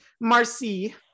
marcy